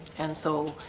and so